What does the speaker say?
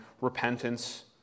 repentance